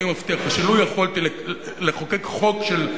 אני מבטיח לך שלו יכולתי לחוקק חוק של,